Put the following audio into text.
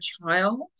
child